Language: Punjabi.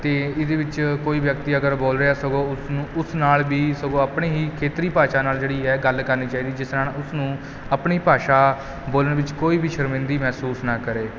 ਅਤੇ ਇਹਦੇ ਵਿੱਚ ਕੋਈ ਵਿਅਕਤੀ ਅਗਰ ਬੋਲ ਰਿਹਾ ਸਗੋਂ ਉਸ ਨੂੰ ਉਸ ਨਾਲ ਵੀ ਸਗੋਂ ਆਪਣੀ ਹੀ ਖੇਤਰੀ ਭਾਸ਼ਾ ਨਾਲ ਜਿਹੜੀ ਹੈ ਗੱਲ ਕਰਨੀ ਚਾਹੀਦੀ ਜਿਸ ਨਾਲ ਉਸਨੂੰ ਆਪਣੀ ਭਾਸ਼ਾ ਬੋਲਣ ਵਿੱਚ ਕੋਈ ਵੀ ਸ਼ਰਮਿੰਦਗੀ ਮਹਿਸੂਸ ਨਾ ਕਰੇ